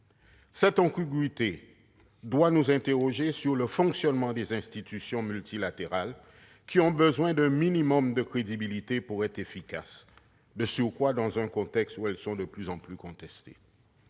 doit nous amener à nous interroger sur le fonctionnement des institutions multilatérales. Ces dernières ont besoin d'un minimum de crédibilité pour être efficaces, de surcroît dans un contexte où elles sont de plus en plus contestées.